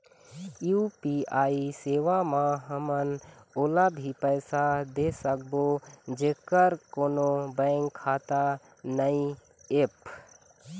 UPI सेवा म हमन ओला भी पैसा दे सकबो जेकर कोन्हो बैंक खाता नई ऐप?